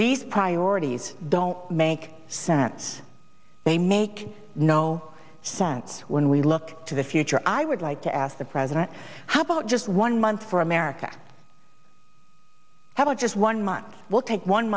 these priorities don't make sense they make no sense when we look to the future i would like to ask the president how about just one month for america have a just one month we'll take one